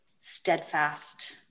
steadfast